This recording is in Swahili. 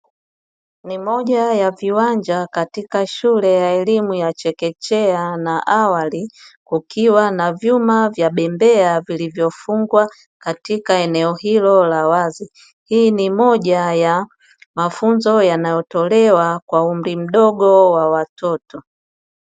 Ni moja ya viwanja katika shule ya elimu ya chekechea na awali kukiwa na vyuma vya bembea vilivyofungwa katika eneo hilo la wazi. Hii ni moja ya mafunzo yanayo tolewa kwa umri mdogo wa watoto.